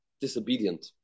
disobedient